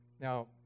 Now